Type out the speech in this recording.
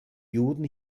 juden